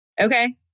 Okay